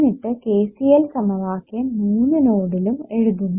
എന്നിട്ട് KCL സമവാക്യം മൂന്ന് നോഡിലും എഴുതുന്നു